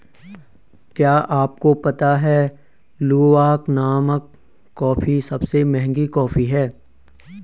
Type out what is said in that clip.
क्या आपको पता है लूवाक नामक कॉफ़ी सबसे महंगी कॉफ़ी है?